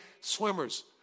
swimmers